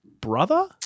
brother